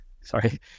Sorry